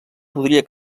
podria